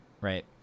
right